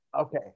Okay